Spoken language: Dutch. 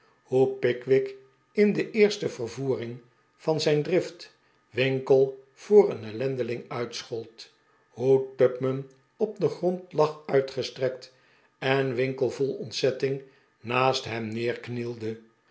hoe pickwick in de eerste vervoering van zijn drift winkle voor een ellendeling schold hoe tupman op den grond lag uitgestrekt en winkle vol ontzetting naast hem neerknielde